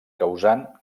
causant